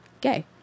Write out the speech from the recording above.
gay